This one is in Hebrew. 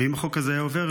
אם החוק הזה היה עובר,